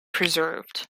preserved